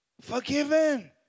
forgiven